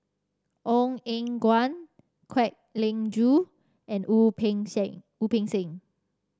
Ong Eng Guan Kwek Leng Joo and Wu Peng Seng Wu Peng Seng